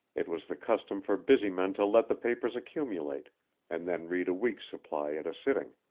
it was the custom for busy men to let the papers accumulate and then read a week's supply at a sitting.